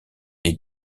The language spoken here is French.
les